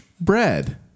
bread